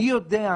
מי יודע,